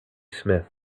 smith